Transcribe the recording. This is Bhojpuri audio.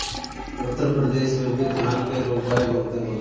उत्तर प्रदेश में भी धान के रोपाई बहुते होला